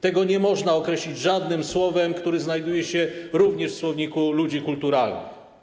Tego nie można określić żadnym słowem, które znajduje się również w słowniku ludzi kulturalnych.